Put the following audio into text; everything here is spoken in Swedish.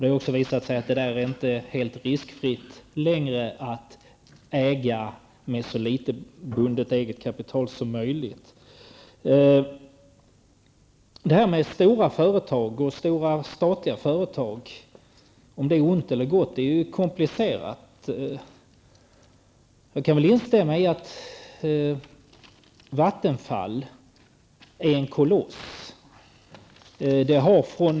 Det har visat sig att det inte längre är helt riskfritt att äga med så litet bundet eget kapital som möjligt. Om det är ont eller gott med stora statliga företag och andra stora företag är en komplicerad frågeställning. Jag kan instämma i konstaterandet Vattenfall är en koloss.